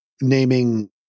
naming